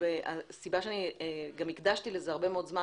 וזאת הסיבה שהקדשתי לזה הרבה זמן